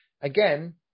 again